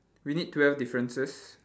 we need twelve differences